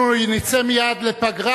אנחנו נצא מייד לפגרה,